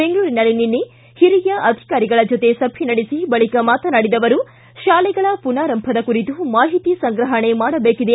ಬೆಂಗಳೂರಿನಲ್ಲಿ ನಿನ್ನೆ ಹಿರಿಯ ಅಧಿಕಾರಿಗಳ ಜೊತೆ ಸಭೆ ನಡೆಸಿ ಬಳಿಕ ಮಾತನಾಡಿದ ಅವರು ಶಾಲೆಗಳ ಪುನಾರಂಭದ ಕುರಿತು ಮಾಹಿತಿ ಸಂಗ್ರಹಣೆ ಮಾಡಬೇಕಿದೆ